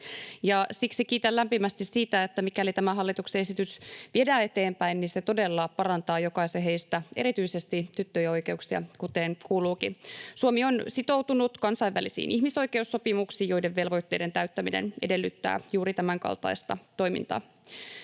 Siksi kiitän lämpimästi sitä, että mikäli tämä hallituksen esitys viedään eteenpäin, niin se todella parantaa jokaisen heistä, erityisesti tyttöjen, oikeuksia, kuten kuuluukin. Suomi on sitoutunut kansainvälisiin ihmisoikeussopimuksiin, joiden velvoitteiden täyttäminen edellyttää juuri tämänkaltaista toimintaa.